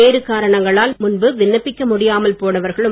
வேறு காரணங்களால் முன்பு விண்ணப்பிக்க முடியாமல் போனவர்களும்